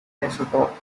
isotope